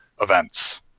events